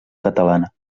catalana